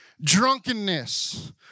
drunkenness